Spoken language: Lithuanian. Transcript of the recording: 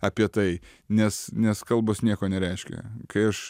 apie tai nes nes kalbos nieko nereiškia kai aš